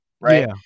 right